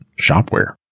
shopware